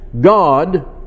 God